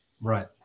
Right